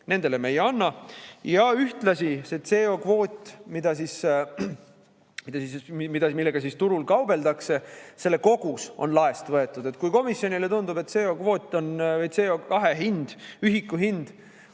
nendele me ei anna. Ja ühtlasi selle CO2‑kvoodi, millega siis turul kaubeldakse, kogus on laest võetud. Kui komisjonile tundub, et CO2‑kvoot või CO2hind, ühiku hind